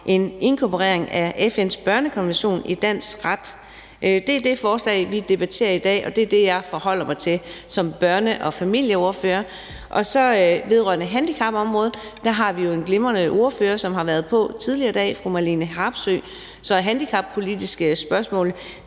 en inkorporering af FN's børnekonvention i dansk ret. Det er det forslag, vi debatterer i dag, og det er det, jeg forholder mig til som børne- og familieordfører. Vedrørende handicapområdet har vi jo en glimrende ordfører, som har været på tidligere i dag, nemlig fru Marlene Harpsøe. Så handicappolitiske spørgsmål